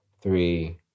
three